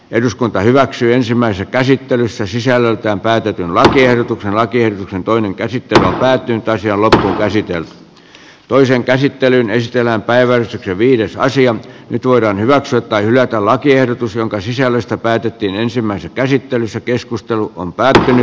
eduskunta hyväksyi ensimmäisen käsittelyssä sisällöltään päätetyn lakiehdotuksen laatienkin toinen käsitys päätyyn taisi olla käsityölle toisen käsittelyn ystävänpäivä viides naisia nyt voidaan hyväksyä tai hylätä lakiehdotus jonka sisällöstä päätettiin ensimmäisessä käsittelyssä keskustelu on päätetty